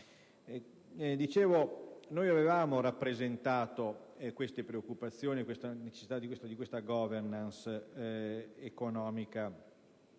Dicevo che avevamo rappresentato queste preoccupazioni, questa necessità di *governance* economica